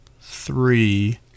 three